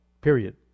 Period